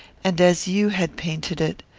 and as you had painted it.